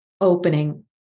opening